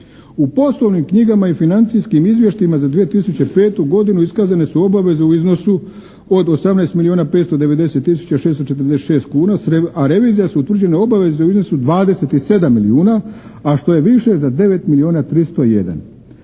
U poslovnim knjigama i financijskim izvještajima za 2005. godinu iskazane su obaveze u iznosu od 18 milijuna 590 tisuća 646 kuna, a revizijom su utvrđene obaveze u iznosu 27 milijuna, a što je više za 9 milijuna